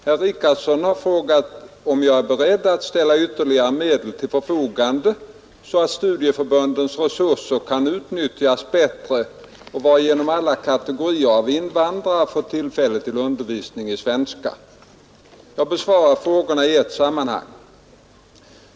Herr Richardson har frågat om jag är beredd att ställa ytterligare medel till förfogande så att studieförbundens resurser kan utnyttjas bättre och alla kategorier av invandrare får tillfälle till undervisning i svenska. Jag besvarar frågorna i ett sammanhang.